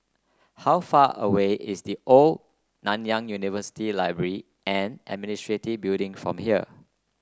how far away is The Old Nanyang University Library and Administration Building from here